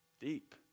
deep